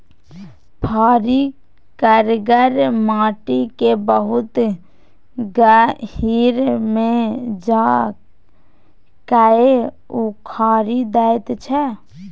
फारी करगर माटि केँ बहुत गहींर मे जा कए उखारि दैत छै